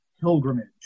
pilgrimage